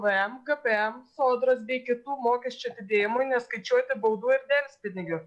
pvm gpm sodros bei kitų mokesčių atidėjimui neskaičiuoti baudų ir delspinigių